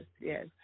yes